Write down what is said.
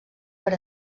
per